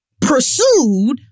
pursued